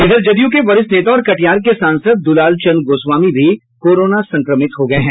वहीं जदयू के वरिष्ठ नेता और कटिहार के सांसद दुलाल चंद्र गोस्वामी भी कोरोना संक्रमित हो गए हैं